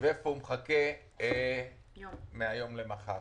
ואיפה הוא מחכה מהיום למחר.